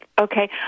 Okay